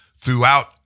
throughout